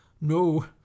no